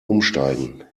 umsteigen